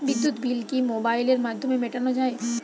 বিদ্যুৎ বিল কি মোবাইলের মাধ্যমে মেটানো য়ায়?